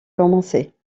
commencer